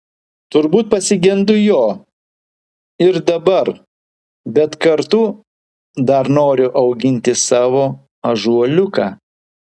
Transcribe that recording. turbūt pasigendu jo ir dabar bet kartu dar noriu auginti savo ąžuoliuką